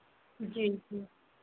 जी जी